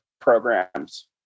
programs